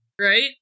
right